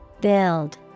Build